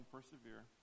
Persevere